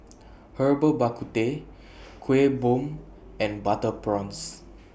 Herbal Bak Ku Teh Kuih Bom and Butter Prawns